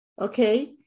Okay